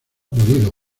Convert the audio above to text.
podido